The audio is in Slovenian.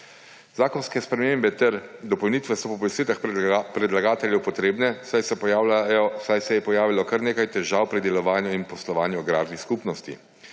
Zakonske spremembe ter dopolnitve so po besedah predlagateljev potrebne, saj se je pojavilo kar nekaj težav pri delovanju in poslovanju agrarnih skupnosti.